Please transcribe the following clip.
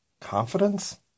confidence